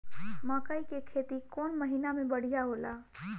मकई के खेती कौन महीना में बढ़िया होला?